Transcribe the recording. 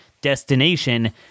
destination